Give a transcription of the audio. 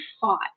fought